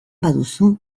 baduzu